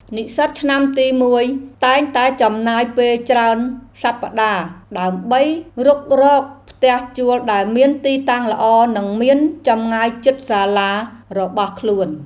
និស្សិតឆ្នាំទីមួយតែងតែចំណាយពេលច្រើនសប្តាហ៍ ដើម្បីរុករកផ្ទះជួលដែលមានទីតាំងល្អនិងមានចម្ងាយជិតសាលារបស់ខ្លួន។